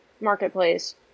Marketplace